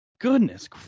Goodness